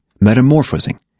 metamorphosing